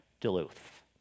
Duluth